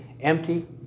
empty